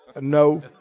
No